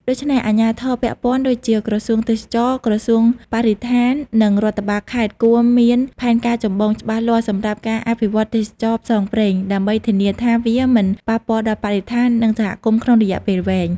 ដូច្នេះ អាជ្ញាធរពាក់ព័ន្ធដូចជាក្រសួងទេសចរណ៍ ក្រសួងបរិស្ថាន និងរដ្ឋបាលខេត្តគួរមានផែនការចម្បងច្បាស់លាស់សម្រាប់ការអភិវឌ្ឍទេសចរណ៍ផ្សងព្រេង ដើម្បីធានាថាវាមិនប៉ះពាល់ដល់បរិស្ថាននិងសហគមន៍ក្នុងរយៈពេលវែង។